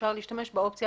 אפשר להשתמש באופציה